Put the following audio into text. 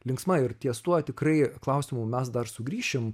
linksma ir ties tuo tikrai klausimų mes dar sugrįšime